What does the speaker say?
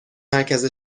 مرکز